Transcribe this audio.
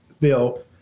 bill